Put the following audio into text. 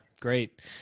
great